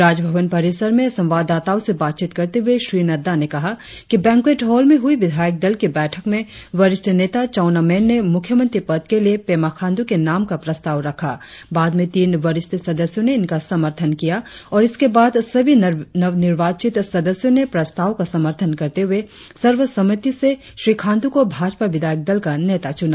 राजभवन परिसर में संवाददाताओ से बातचीत करते हुए श्री नड्डा ने कहा कि बैंक्वेट हॉल में हुई विधायक दल की बैठक में वरिष्ठ नेता चउना मेन ने मुख्यमंत्री पद के लिए पेमा खांड्र के नाम का प्रस्ताव रखा बाद में तीन वरिष्ठ सदस्यों ने इनका समर्थन किया और इसके बाद सभी नवनिर्वाचित सदस्यों ने प्रस्ताव का समर्थन करते हुए सर्वसम्मति से श्री खांड्र को भाजपा विधायक दल का नेता चुना